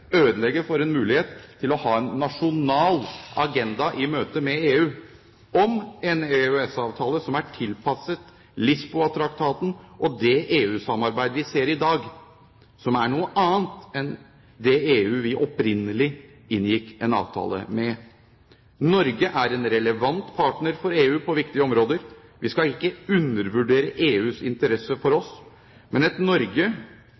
ødelegge for en mulighet til å ha en nasjonal agenda i møte med EU om en EØS-avtale som er tilpasset Lisboa-traktaten og det EU-samarbeid vi ser i dag, som er noe annet enn det EU vi opprinnelig inngikk en avtale med. Norge er en relevant partner for EU på viktige områder. Vi skal ikke undervurdere EUs interesse for oss. Men et Norge